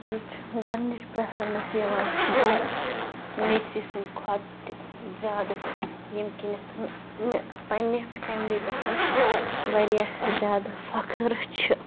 ییٚتہِ چھُ گۄڈنِچ پرٮ۪فرَنٕس یِوان دِنہٕ نٮ۪چی سِنٛد کھۄتہٕ زیادٕ ییٚمہِ کِنَتھ مےٚ پنٛنہِ فیملی پٮ۪ٹھ وارِیاہ زیادٕ فخر چھُ